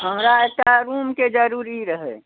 हमरा एक टा रूमके जरूरी रहै